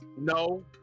No